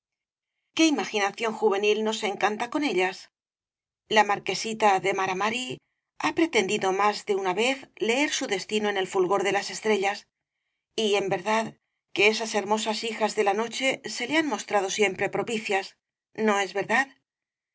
qué imaginación juvenil no se encanta con ellas la marquesita de mara mari ha pretendido más de una vez leer su destino en el fulgor de las estrellas y en verdad que esas hermosas hijas de la noche se le han mostrado siempre propicias no es verdad